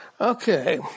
Okay